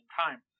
time